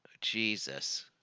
Jesus